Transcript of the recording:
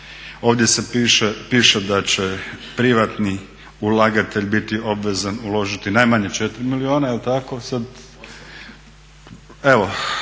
ovdje se piše da će privatni ulagatelj biti obvezan uložiti najmanje 4 milijuna. Jel' tako?